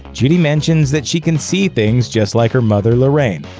judy mentions that she can see things just like her mother lorraine.